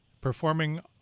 performing